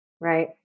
right